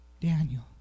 Daniel